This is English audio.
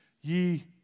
Ye